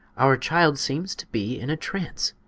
our child seems to be in a trance.